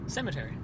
Cemetery